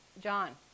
John